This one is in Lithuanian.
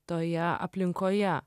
toje aplinkoje